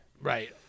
right